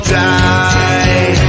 die